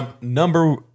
Number